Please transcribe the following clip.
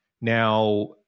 Now